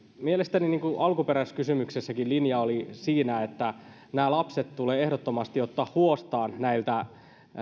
mielestäni niin kuin alkuperäiskysymyksessäkin linja on että nämä lapset tulee ehdottomasti ottaa huostaan näiltä